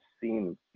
seen